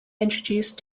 introduced